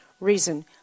reason